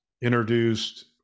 introduced